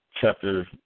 Chapter